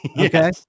Okay